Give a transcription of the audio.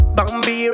Bambi